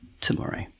tomorrow